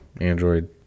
Android